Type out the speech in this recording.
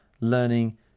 learning